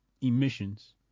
emissions